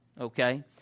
okay